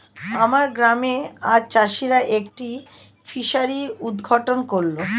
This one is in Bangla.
আমার গ্রামে আজ চাষিরা একটি ফিসারি উদ্ঘাটন করল